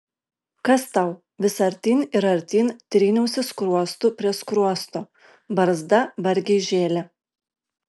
kas tau vis artyn ir artyn tryniausi skruostu prie skruosto barzda vargiai žėlė